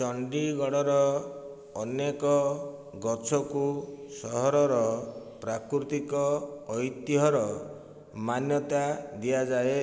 ଚଣ୍ଡିଗଡ଼ର ଅନେକ ଗଛକୁ ସହରର ପ୍ରାକୃତିକ ଐତିହ୍ୟର ମାନ୍ୟତା ଦିଆଯାଏ